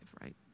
right